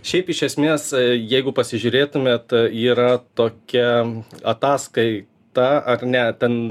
šiaip iš esmės jeigu pasižiūrėtumėt yra tokia ataskaita ar ne ten